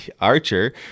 archer